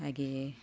ಹಾಗೆಯೇ